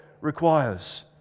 requires